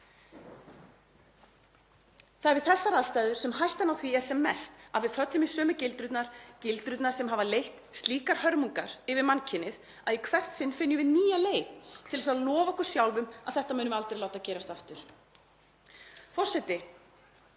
Það er við þessar aðstæður sem hættan á því er sem mest að við föllum í sömu gildrurnar, gildrurnar sem hafa leitt slíkar hörmungar yfir mannkynið að í hvert sinn finnum við nýjar leiðir til þess að lofa okkur sjálfum að þetta munum við aldrei láta gerast aftur. Forseti.